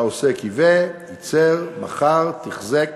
שהעוסק ייבא, ייצר, מכר, תחזק